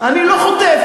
אני לא חוטף.